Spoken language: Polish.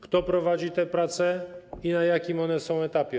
Kto prowadzi te prace i na jakim one są etapie?